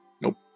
Nope